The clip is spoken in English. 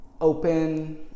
open